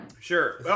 Sure